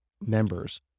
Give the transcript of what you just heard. members